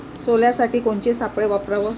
सोल्यासाठी कोनचे सापळे वापराव?